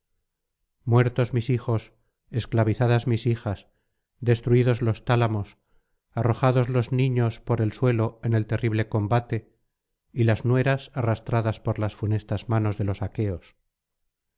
muertos mis hijos esclavizadas mis hijas destruidos los tálamos arrojados los niños por el suelo en el terrible combate y las nueras arrastradas por las funestas manos de los aqueos